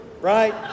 right